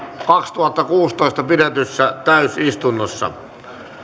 kaksituhattakuusitoista pidetyssä ensimmäisessä täysistunnossa